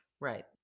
Right